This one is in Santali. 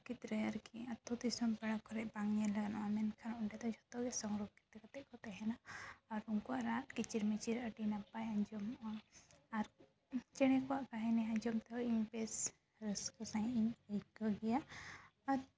ᱯᱨᱚᱠᱨᱤᱛ ᱨᱮ ᱟᱨᱠᱤ ᱟᱛᱳ ᱫᱤᱥᱚᱢ ᱯᱟᱲᱟ ᱠᱚᱨᱮᱜ ᱵᱟᱝ ᱧᱮᱞ ᱜᱟᱱᱚᱜᱼᱟ ᱢᱮᱱᱠᱷᱟᱱ ᱚᱸᱰᱮ ᱫᱚ ᱡᱷᱚᱛᱚ ᱜᱮ ᱥᱚᱝᱨᱚᱠᱠᱷᱤᱛ ᱠᱟᱛᱮ ᱠᱚ ᱛᱟᱦᱮᱱᱟ ᱟᱨ ᱩᱱᱠᱩᱣᱟᱜ ᱨᱟᱜ ᱠᱤᱪᱤᱨ ᱢᱤᱪᱤᱨ ᱟᱹᱰᱤ ᱱᱟᱯᱟᱭ ᱟᱸᱡᱚᱢᱚᱜᱼᱟ ᱟᱨ ᱪᱮᱬᱮ ᱠᱚᱣᱟᱜ ᱠᱟᱹᱜᱱᱤ ᱟᱸᱡᱚᱢ ᱛᱮᱦᱚᱸ ᱤᱧ ᱵᱮᱥ ᱨᱟᱹᱥᱠᱟᱹ ᱥᱟᱺᱦᱤᱡ ᱤᱧ ᱟᱹᱭᱠᱟᱹᱣ ᱜᱮᱭᱟ ᱟᱨ